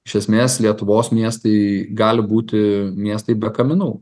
iš esmės lietuvos miestai gali būti miestai be kaminų